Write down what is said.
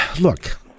look